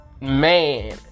man